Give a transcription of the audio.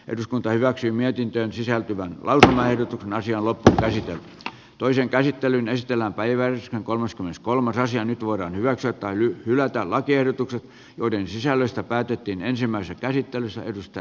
eduskunta hyväksyi mietintöön sisältyvä vältä häivyt naisia lopettaisi toisen käsittelyn estellä päiväys on kolmaskymmeneskolmas asia nyt voidaan hyväksyä tai hylätä lakiehdotukset joiden sisällöstä päätettiin ensimmäisessä käsittelyssä